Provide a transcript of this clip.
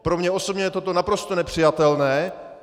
Pro mě osobně je toto naprosto nepřijatelné.